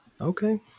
Okay